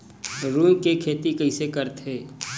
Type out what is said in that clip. रुई के खेती कइसे करथे?